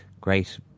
great